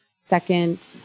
second